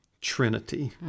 Trinity